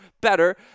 better